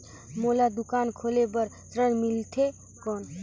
मोला दुकान खोले बार ऋण मिलथे कौन?